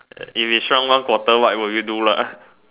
if you shrunk one quarter what would you do lah